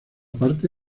parte